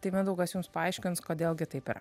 tai mindaugas jums paaiškins kodėl gi taip yra